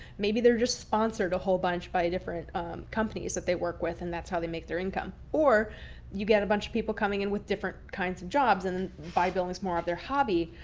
maybe they're just sponsored a whole bunch by different companies that they work with. and that's how they make their income. or you get a bunch of people coming in with different kinds of jobs and bodybuilding is more of their hobby.